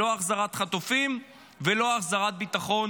לא החזרת החטופים ולא החזרת הביטחון